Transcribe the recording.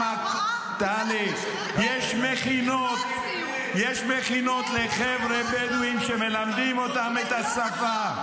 יש מכינות לחבר'ה בדואים שמלמדים אותם את השפה.